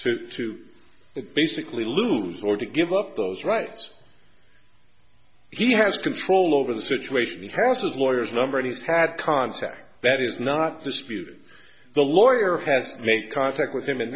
to basically lose or to give up those rights he has control over the situation he has his lawyers number he's had contact that is not disputed the lawyer has made contact with him